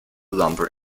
lumber